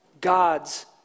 God's